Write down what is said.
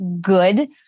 good